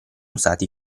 usati